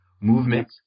Movement